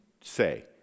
say